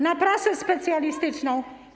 na prasę specjalistyczną.